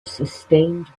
sustained